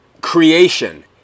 creation